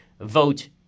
vote